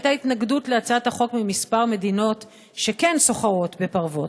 הייתה התנגדות להצעת החוק מכמה מדינות שכן סוחרות בפרוות.